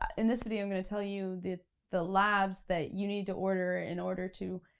in this video i'm gonna tell you the the labs that you need to order in order to